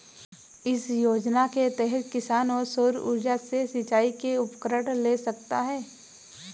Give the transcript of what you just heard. किस योजना के तहत किसान सौर ऊर्जा से सिंचाई के उपकरण ले सकता है?